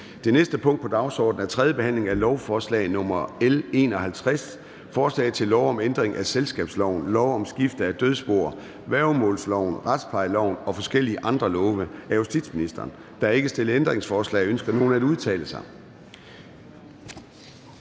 Det næste punkt på dagsordenen er: 15) 3. behandling af lovforslag nr. L 51: Forslag til lov om ændring af selskabsloven, lov om skifte af dødsboer, værgemålsloven, retsplejeloven og forskellige andre love. (Digital behandling af tvangsopløsningssager og